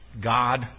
God